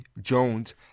Jones